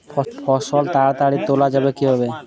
ফসল তাড়াতাড়ি তোলা যাবে কিভাবে?